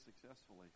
successfully